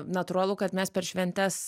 natūralu kad mes per šventes